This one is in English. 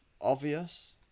obvious